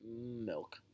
milk